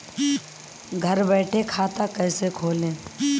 घर बैठे खाता कैसे खोलें?